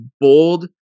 bold